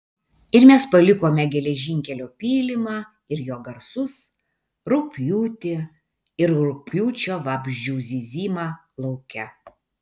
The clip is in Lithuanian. ir mes palikome geležinkelio pylimą ir jo garsus rugpjūtį ir rugpjūčio vabzdžių zyzimą lauke